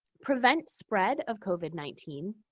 prevent spread of covid nineteen